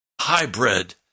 hybrid